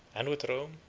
and with rome